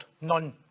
none